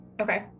Okay